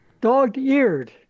Dog-eared